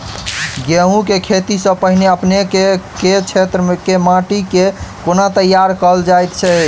गेंहूँ केँ खेती सँ पहिने अपनेक केँ क्षेत्र मे माटि केँ कोना तैयार काल जाइत अछि?